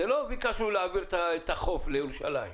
לא ביקשנו להעביר את החוף לירושלים.